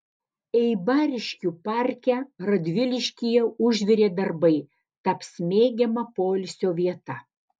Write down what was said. eibariškių parke radviliškyje užvirė darbai taps mėgiama poilsio vieta